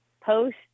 post